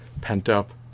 pent-up